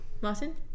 Martin